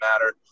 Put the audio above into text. matter